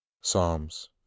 Psalms